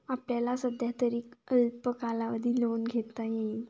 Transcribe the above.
आपल्याला सध्यातरी अल्प कालावधी लोन घेता येईल